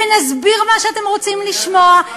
ונסביר מה שאתם רוצים לשמוע.